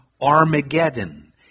Armageddon